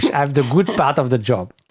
have the good part of the job.